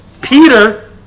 Peter